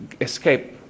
escape